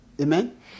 Amen